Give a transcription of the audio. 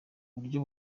buryo